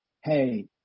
hey